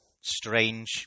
strange